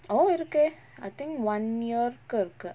oh இருக்கே:irukkae I think one year கு இருக்கு:ku irukku